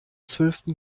zwölften